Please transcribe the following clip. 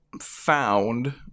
found